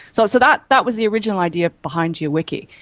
so so that that was the original idea behind geo-wiki.